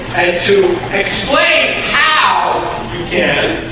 to explain how yeah